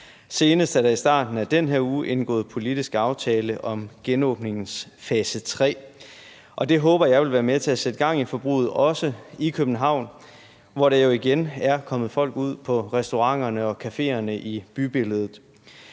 Senest er der i starten af den her uge indgået politisk aftale om genåbningens fase 3, og det håber jeg vil være med til at sætte gang i forbruget – også i København – hvor der jo igen er kommet folk ud på restauranterne og cafeerne i bybilledet.